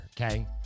okay